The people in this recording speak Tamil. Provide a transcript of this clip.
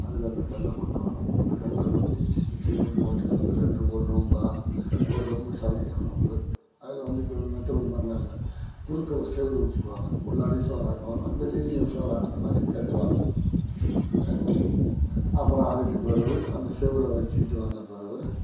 அதில் அந்த கல்லை கொட்டுவாங்க அந்த கல்லை கொட்டி சுத்தீரும் போட்டு வந்து ரெண்டு ஒரு ரூம்மா ஒரு ரூம் சமைக்கிற ரூம் அதில் வந்து இப்போ மெத்தை வீடு மாதிரிலாம் இல்லை குறுக்க ஒரு செவுரு வச்சிக்குவாங்க உள்ளாரையும் சோறாக்குவாங்க வெளிலையும் சோறாக்குகிறமாரி கட்டுவாங்க கட்டி அப்புறம் அதுக்கு பிறவு அந்த செவர வச்சுக்கிட்டு வந்த பிறவு